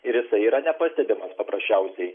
ir jisai yra nepastebimas paprasčiausiai